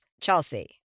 chelsea